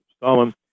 Stalin